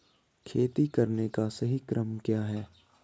खेती करने का सही क्रम क्या है?